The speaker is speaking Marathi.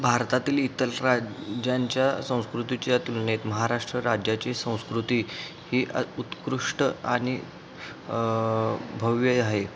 भारतातील इतर राज्यांच्या संस्कृतीच्या तुलनेत महाराष्ट्र राज्याची संस्कृती ही उत्कृष्ट आणि भव्य आहे